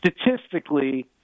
Statistically